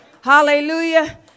Hallelujah